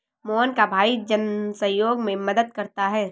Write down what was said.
मोहन का भाई जन सहयोग में मदद करता है